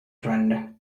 trend